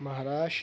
Maharashtra